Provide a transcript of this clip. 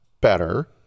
better